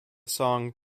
song